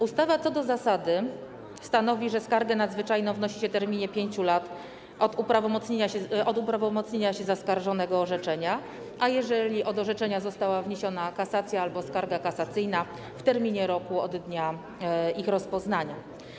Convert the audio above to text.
Ustawa, co do zasady, stanowi, że skargę nadzwyczajną wnosi się w terminie 5 lat od uprawomocnienia się zaskarżonego orzeczenia, a jeżeli od orzeczenia została wniesiona kasacja albo skarga kasacyjna - w terminie roku od dnia ich rozpoznania.